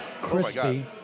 crispy